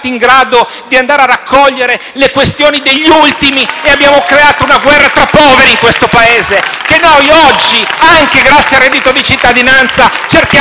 raccogliere le questioni degli ultimi e abbiamo creato una guerra tra poveri in questo Paese, che noi oggi, anche grazie al reddito di cittadinanza, cerchiamo di combattere?